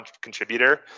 contributor